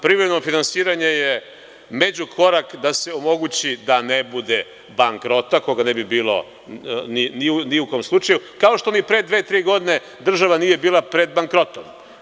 Privremeno finansiranje je međukorak da se omogući da ne bude bankrota, kogane bi bilo ni u kom slučaju, kao što ni pre dve, tri godine država nije bila pred bankrotom.